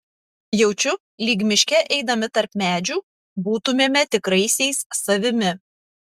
jaučiu lyg miške eidami tarp medžių būtumėme tikraisiais savimi